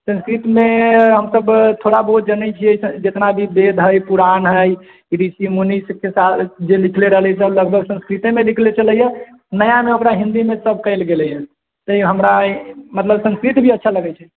संस्कृत मे हमसब थोड़ा बहुत जनै छियै जेतना भी वेद हय पुराण हय ऋषि मुनि सबके जे लिखले रहलै सब संस्कृतेमे लिखले छलै यऽ नया मे ओकरा हिन्दीमे सब कयल गेलै यऽ तैं हमरा मतलब संस्कृत भी अच्छा लगै छै